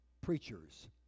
preachers